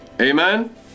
Amen